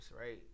right